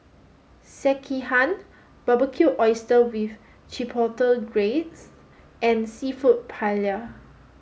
Sekihan Barbecued Oysters with Chipotle Glaze and Seafood Paella